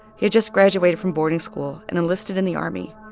he had just graduated from boarding school and enlisted in the army,